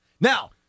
Now